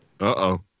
Uh-oh